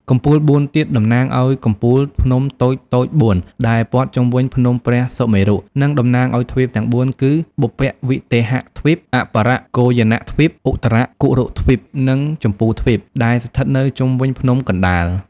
កំពូលបួនទៀត តំណាងឱ្យកំពូលភ្នំតូចៗបួន ដែលព័ទ្ធជុំវិញភ្នំព្រះសុមេរុ និងតំណាងឱ្យទ្វីបទាំងបួនគឺ បុព្វវិទេហៈទ្វីប អបរគោយានៈទ្វីប ឧត្តរកុរុទ្វីប និងជម្ពូទ្វីប ដែលស្ថិតនៅជុំវិញភ្នំកណ្តាល។